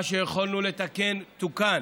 מה שיכולנו לתקן, תוקן,